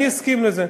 אני אסכים לזה.